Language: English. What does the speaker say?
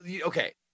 Okay